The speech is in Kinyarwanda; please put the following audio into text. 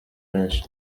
benshi